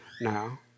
now